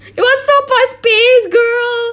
it was so fast paced girl